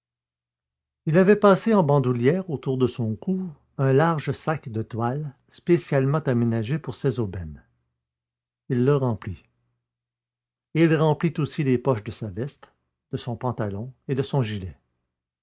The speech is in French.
il avait passé en bandoulière autour de son cou un large sac de toile spécialement aménagé pour ces aubaines il le remplit et il remplit aussi les poches de sa veste de son pantalon et de son gilet